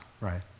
right